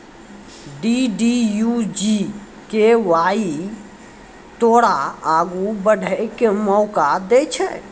DDU GKY तोरा आगू बढ़ै के मौका दै छै